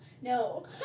No